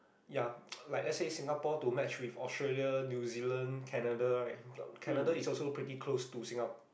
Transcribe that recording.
ya like let's say Singapore to match with Australia New-Zealand Canada right Canada is also pretty close to Singa~